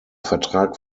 vertrag